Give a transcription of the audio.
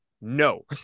No